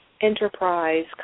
Enterprise